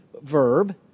verb